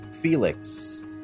Felix